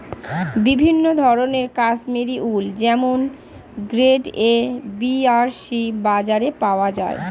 বিভিন্ন ধরনের কাশ্মীরি উল যেমন গ্রেড এ, বি আর সি বাজারে পাওয়া যায়